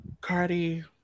Cardi